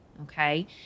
Okay